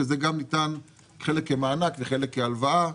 שזה ניתן חלק כמענק וחלק כהלוואה.